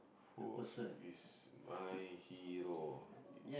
who is my hero